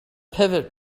pivot